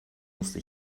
musste